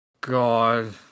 God